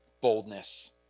boldness